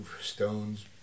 stones